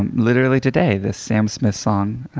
and literally today the sam smith song,